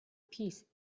peace